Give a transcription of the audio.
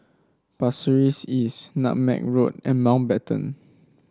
Pasir Ris East Nutmeg Road and Mountbatten